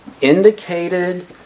Indicated